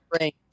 range